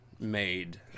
made